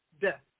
death